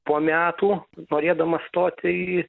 po metų norėdamas stoti į